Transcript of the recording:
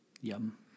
Yum